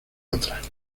otras